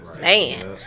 Man